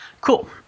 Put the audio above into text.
Cool